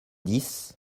dix